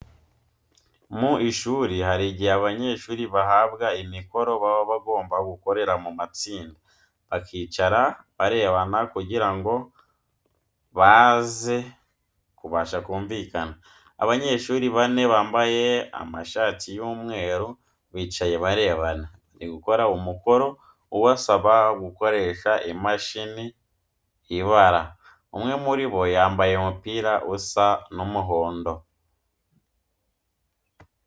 Mu ishuri hari igihe abanyeshuri bahabwa imikoro baba bagomba gukorera mu matsinda, bakicara barebana kugira ngo baze kubasha kumvikana. Abanyeshuri bane bambaye amashati y'umweru bicaye barebana, bari gukora umukoro ubasaba gukoresha imashini ibara. Umwe muri bo yambaye umupira usa n'umuhondo.